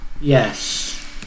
Yes